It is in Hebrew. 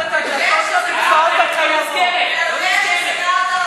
אתה יודע שסגרת אותה.